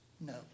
No